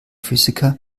physiker